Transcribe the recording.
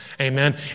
amen